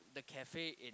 the cafe in